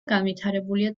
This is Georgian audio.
განვითარებულია